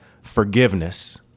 forgiveness